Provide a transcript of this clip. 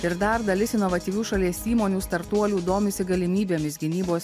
ir dar dalis inovatyvių šalies įmonių startuolių domisi galimybėmis gynybos